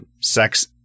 Sex